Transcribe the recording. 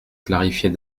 clarifier